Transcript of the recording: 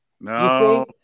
No